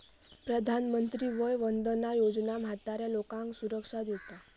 प्रधानमंत्री वय वंदना योजना म्हाताऱ्या लोकांका सुरक्षा देता